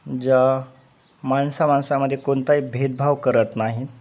ज्या माणसा माणसामध्ये कोणताही भेदभाव करत नाहीत